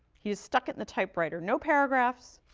he just stuck it in the typewriter. no paragraphs,